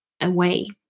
away